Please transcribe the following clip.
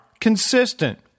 Consistent